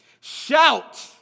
shout